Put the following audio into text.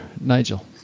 Nigel